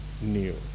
new